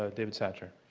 ah david satcher.